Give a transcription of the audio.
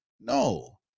No